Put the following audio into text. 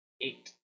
Eight